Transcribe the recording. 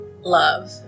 love